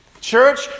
Church